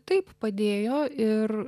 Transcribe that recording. taip padėjo ir